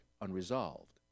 unresolved